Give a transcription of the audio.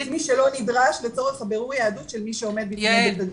את מי שלא נדרש לצורך הבירור יהדות של מי שעומד בפני בית הדין.